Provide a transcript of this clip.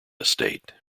estate